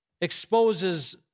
exposes